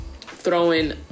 throwing